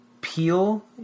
peel